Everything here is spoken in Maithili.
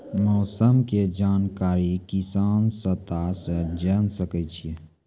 मौसम के जानकारी किसान कता सं जेन सके छै?